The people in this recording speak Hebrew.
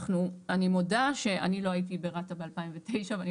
אני מודה שאני לא הייתי ברת"א ב-2009 ואני